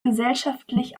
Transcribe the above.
gesellschaftlich